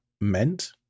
meant